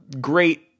great